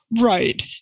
right